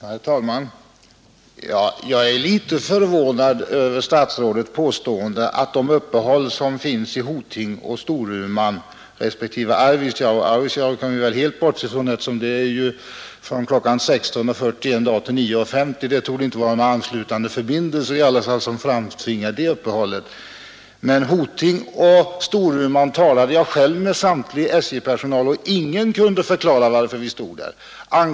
Herr talman! Jag är litet förvånad över vad statsrådet sade om de uppehåll som görs i Hoting, Storuman och Arvidsjaur. Den sistnämnda stationen kan vi helt bortse från, eftersom det från klockan 16.40 den ena dagen till klockan 9.50 den andra dagen i varje fall inte torde vara några anslutande förbindelser som framtvingar uppehållet. Men beträffande övriga stationer talade jag själv med SJ-personalen, men ingen kunde förklara varför tåget stod stilla så länge.